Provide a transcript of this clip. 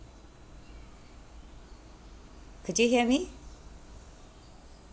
could you hear me